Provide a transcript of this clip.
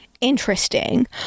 interesting